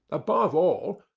above all,